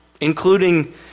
including